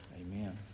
Amen